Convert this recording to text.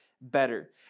better